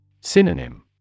Synonym